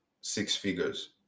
six-figures